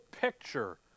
picture